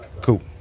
Cool